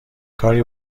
کاری